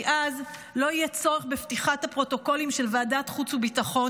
כי אז לא יהיה צורך בפתיחת הפרוטוקולים של ועדת החוץ והביטחון